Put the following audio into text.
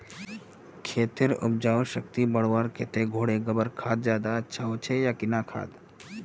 खेतेर उपजाऊ शक्ति बढ़वार केते घोरेर गबर खाद ज्यादा अच्छा होचे या किना खाद?